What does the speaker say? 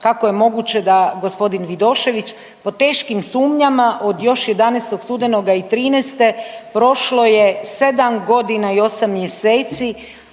kako je moguće da g. Vidošević pod teškim sumnjama od još 11. studenoga i '13., prošlo je 7.g. i 8 mjeseci